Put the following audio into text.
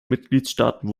mitgliedstaaten